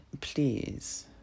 please